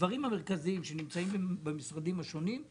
הדברים המרכזיים שנמצאים במשרדים השונים,